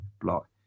block